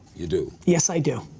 you do? yes i do.